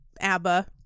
ABBA